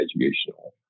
educational